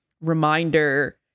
reminder